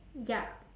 ya